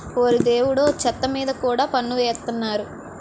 ఓరి దేవుడో చెత్త మీద కూడా పన్ను ఎసేత్తన్నారు